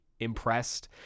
impressed